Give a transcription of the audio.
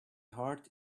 heart